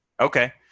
Okay